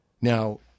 Now